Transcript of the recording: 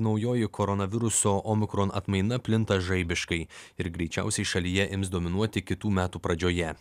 naujoji koronaviruso omikron atmaina plinta žaibiškai ir greičiausiai šalyje ims dominuoti kitų metų pradžioje